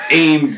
aim